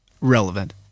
relevant